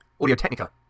Audio-Technica